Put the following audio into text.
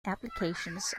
applications